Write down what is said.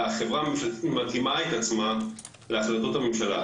והחברה הממשלתית מתאימה את עצמה להחלטות הממשלה.